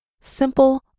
Simple